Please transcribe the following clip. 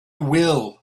will